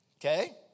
okay